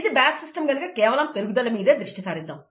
ఇది batch system గనుక కేవలం పెరుగుదల మీదే దృష్టి సారిద్దాం